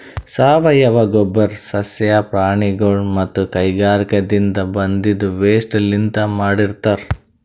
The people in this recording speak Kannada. ಸಾವಯವ ಗೊಬ್ಬರ್ ಸಸ್ಯ ಪ್ರಾಣಿಗೊಳ್ ಮತ್ತ್ ಕೈಗಾರಿಕಾದಿನ್ದ ಬಂದಿದ್ ವೇಸ್ಟ್ ಲಿಂತ್ ಮಾಡಿರ್ತರ್